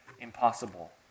impossible